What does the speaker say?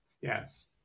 Yes